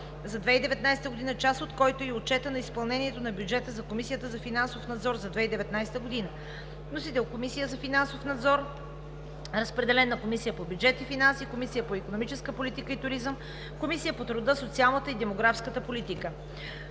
за 2019 г., част от който е и Отчетът за изпълнението на бюджета за Комисията за финансов надзор за 2019 г. Вносител – Комисията за финансов надзор. Разпределен на Комисията по бюджет и финанси, Комисията по икономическата политика и туризъм, Комисията по труда, социалната и демографската политика.